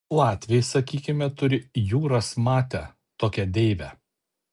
latviai sakykime turi jūras mate tokią deivę